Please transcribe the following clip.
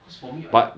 cause for me I